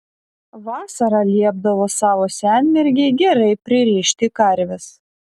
vasarą liepdavo savo senmergei gerai pririšti karves